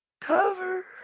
Cover